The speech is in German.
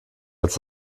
als